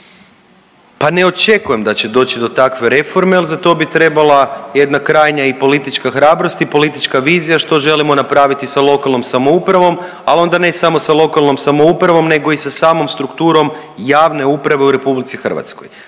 Pa ne očekujem da će doći do takve reforme jel za to bi trebala jedna krajnja i politička hrabrost i politička vizija što želimo napraviti sa lokalnom samoupravom, ali onda ne samo sa lokalnom samoupravom nego i samom strukturom javne uprave u RH, a to